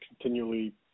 continually